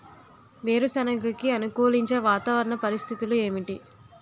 వేరుసెనగ కి అనుకూలించే వాతావరణ పరిస్థితులు ఏమిటి?